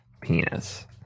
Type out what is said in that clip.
penis